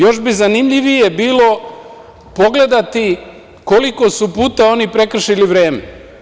Još bi zanimljivije bilo pogledati koliko su puta oni prekršili vreme.